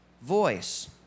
voice